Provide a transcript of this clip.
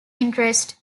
interest